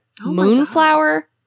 Moonflower